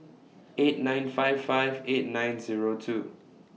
eight nine five five eight nine Zero two